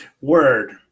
word